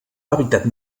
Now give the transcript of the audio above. hàbitat